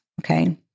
Okay